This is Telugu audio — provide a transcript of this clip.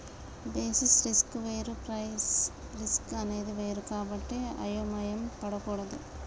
బేసిస్ రిస్క్ వేరు ప్రైస్ రిస్క్ అనేది వేరు కాబట్టి అయోమయం పడకూడదు